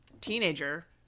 teenager